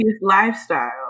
lifestyle